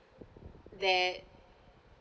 that